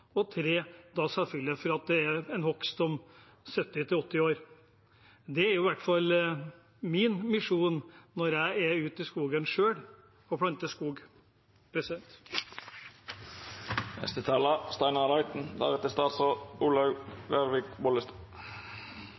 selvfølgelig for at det er hogst om 70–80 år. Det er i hvert fall min misjon når jeg selv er ute i skogen og planter skog.